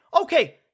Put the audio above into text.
okay